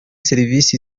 serivisi